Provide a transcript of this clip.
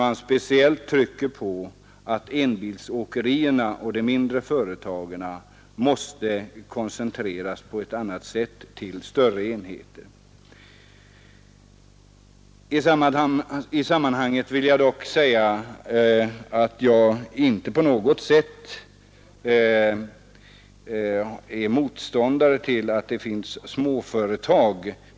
Man trycker därvid speciellt på att enbilsåkerierna och andra mindre företag måste koncentreras till större enheter. Jag vill i detta sammanhang säga att jag inte på något sätt är motståndare till småföretag.